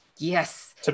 Yes